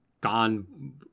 gone